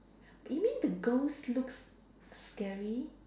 you mean the ghost looks scary